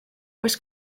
oes